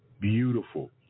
beautiful